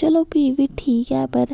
चलो फ्ही बी ठीक एह् पर